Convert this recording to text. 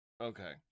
Okay